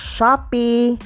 Shopee